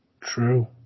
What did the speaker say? True